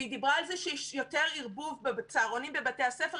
והיא דיברה על זה שיש יותר ערבוב בצהרונים ובבתי הספר.